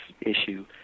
issue